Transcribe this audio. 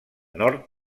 nord